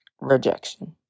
Rejection